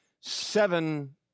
seven